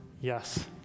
yes